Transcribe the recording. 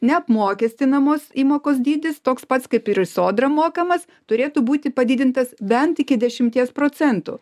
neapmokestinamos įmokos dydis toks pats kaip ir į sodrą mokamas turėtų būti padidintas bent iki dešimties procentų